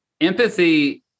empathy